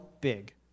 Big